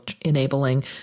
enabling